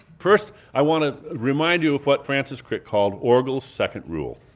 first i want to remind you of what francis crick called orgel's second rule.